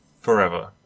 forever